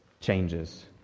changes